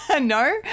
No